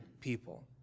people